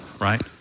right